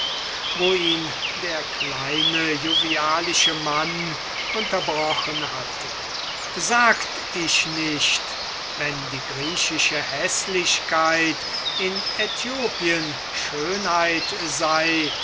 wo ihn der kleine jovialische mann unterbrochen hatte sagte ich nicht wenn die griechische häßlichkeit in aethiopien schönheit sei